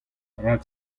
rak